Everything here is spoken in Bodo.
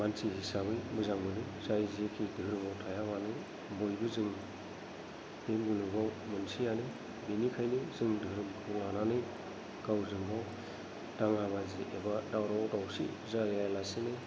मानसि हिसाबै मोजां मोनो जाय जेखि दोहोरोमाव थाया मानो बयबो जों बे मुलुगाव मोनसेआनो बेनिखायनो जों दोहोरोमखौ लानानै गावजों गाव दाङा बाजि एबा दावराव दावसि जालायालासिनो